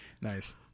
Nice